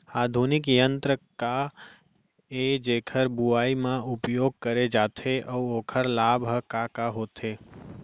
आधुनिक यंत्र का ए जेकर बुवाई म उपयोग करे जाथे अऊ ओखर लाभ ह का का होथे?